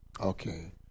Okay